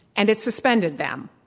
and it suspended them.